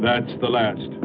that's the last